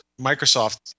Microsoft